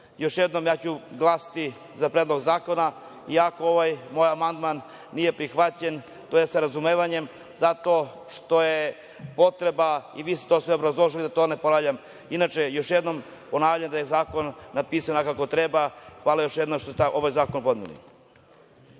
jednom, ja ću glasati za predlog zakona, iako ovaj moj amandman nije prihvaćen, to je sa razumevanjem, zato što je potreba i vi ste to sve obrazložili, da ne ponavljam. Inače, još jednom ponavljam da je zakon napisan kako treba. Hvala još jednom što ste ovaj zakon podneli.